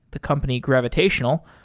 the company gravitational,